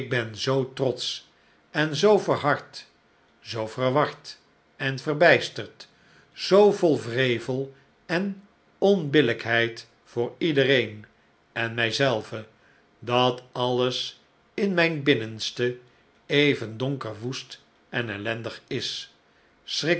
ik ben zoo trotsch en zoo verhard zoo verward en verbijsterd zoo vol wrevel en onbillijkheid voor iedereen en mij zelve dat alles in mijn binnenste even donker woest en ellendig is